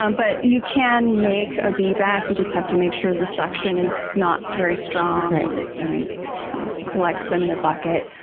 um but you can make a bee vac, you just have to make sure the suction is not very strong and and you know collects them in a bucket.